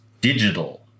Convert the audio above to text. digital